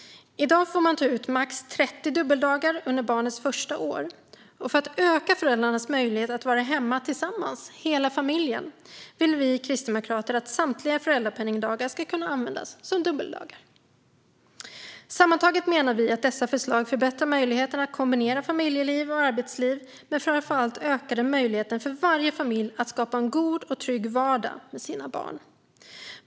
I dag får man ta ut max 30 dubbeldagar under barnets första år. För att öka föräldrarnas möjlighet att vara hemma tillsammans hela familjen vill vi kristdemokrater att samtliga föräldrapenningdagar ska kunna användas som dubbeldagar. Vi menar att dessa förslag sammantaget förbättrar möjligheten att kombinera familjeliv och arbetsliv, men framför allt ökar de möjligheterna för varje familj att skapa en god och trygg vardag med sina barn.